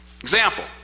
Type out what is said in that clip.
Example